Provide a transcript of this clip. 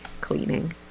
cleaning